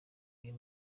uyu